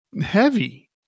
heavy